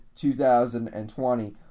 2020